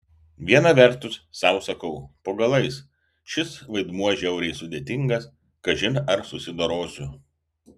viena vertus sau sakau po galais šis vaidmuo žiauriai sudėtingas kažin ar susidorosiu